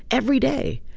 every day.